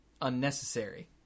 unnecessary